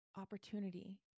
opportunity